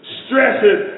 stresses